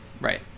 Right